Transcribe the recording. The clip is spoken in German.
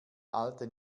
alte